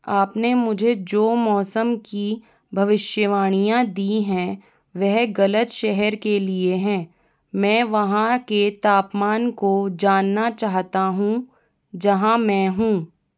आपने मुझे जो मौसम की भविष्यवाणियाँ दी हैं वह गलत शहर के लिए हैं मैं वहाँ के तापमान को जानना चाहता हूँ जहाँ मैं हूँ